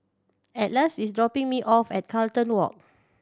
Atlas is dropping me off at Carlton Walk